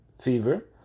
fever